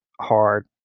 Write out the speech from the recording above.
hard